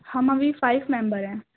ہم ابھی five member ہیں